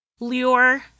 Lior